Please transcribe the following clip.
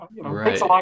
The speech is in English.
Right